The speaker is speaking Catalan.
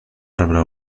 arbre